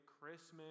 Christmas